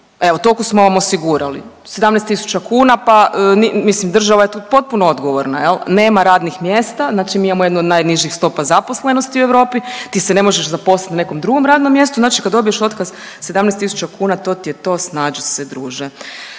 evo toliko smo vam osigurali, 17.000 kuna mislim država je tu potpuno odgovorna. Nema radnih mjesta, znači mi imamo jednu od najnižih stopa zaposlenosti u Europi, ti se ne možeš zaposlit na nekom drugom radnom mjestu, znači kad dobiješ otkaz 17.000 kuna to ti je to snađi se druže.